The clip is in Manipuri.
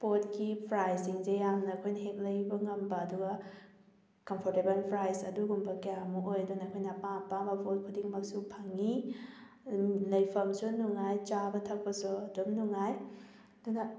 ꯄꯣꯠꯀꯤ ꯄ꯭ꯔꯥꯏꯖꯁꯤꯡꯁꯦ ꯌꯥꯝꯅ ꯑꯩꯈꯣꯏꯅ ꯍꯦꯛ ꯂꯩꯕ ꯉꯝꯕ ꯑꯗꯨꯒ ꯀꯝꯐꯣꯔꯇꯦꯕꯜ ꯄ꯭ꯔꯥꯏꯖ ꯑꯗꯨꯒꯨꯝꯕ ꯀꯌꯥꯃꯨꯛ ꯑꯣꯏ ꯑꯗꯨꯅ ꯑꯩꯈꯣꯏꯅ ꯑꯄꯥꯝ ꯑꯄꯥꯝꯕ ꯄꯣꯠ ꯈꯨꯗꯤꯡꯃꯛꯁꯨ ꯐꯪꯏ ꯂꯩꯐꯝꯁꯨ ꯅꯨꯡꯉꯥꯏ ꯆꯥꯕ ꯊꯛꯄꯁꯨ ꯑꯗꯨꯝ ꯅꯨꯡꯉꯥꯏ ꯑꯗꯨꯅ